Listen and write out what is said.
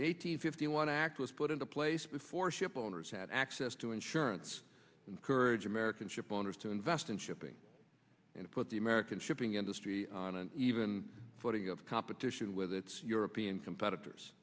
hundred fifty one act was put into place before ship owners had access to insurance encourage american ship owners to invest in shipping and put the american shipping industry on an even footing of competition with its european competitors